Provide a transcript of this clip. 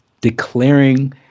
declaring